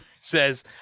says